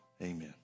Amen